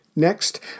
Next